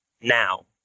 now